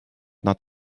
nad